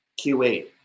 Q8